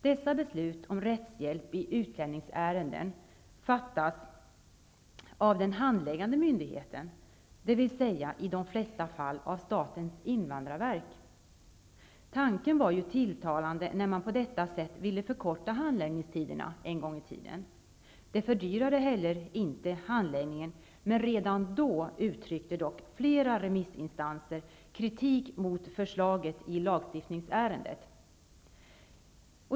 Dessa beslut om rättshjälp i utlänningsärenden fattas av den handläggande myndigheten, dvs. i de flesta fall av statens invandrarverk. Tanken var ju tilltalande när man på detta sätt ville förkorta handläggningstiderna en gång i tiden. Det fördyrade heller inte handläggningen, men redan då uttryckte dock flera remissinstanser kritik mot förslaget i lagstiftningsärendet.